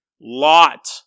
Lot